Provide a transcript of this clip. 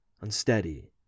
unsteady